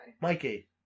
Mikey